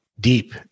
deep